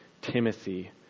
timothy